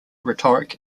rhetoric